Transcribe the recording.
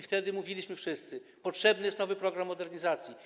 Wtedy mówiliśmy wszyscy: potrzebny jest nowy program modernizacji.